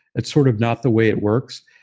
it's sort of not the way it works.